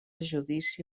judici